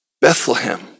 Bethlehem